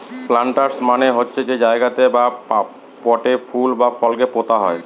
planters মানে হচ্ছে যে জায়গাতে বা পটে ফুল বা ফলকে পোতা হয়